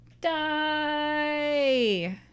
Die